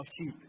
sheep